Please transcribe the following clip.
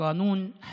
על פי